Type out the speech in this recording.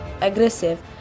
aggressive